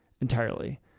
entirely